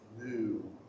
new